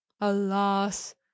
Alas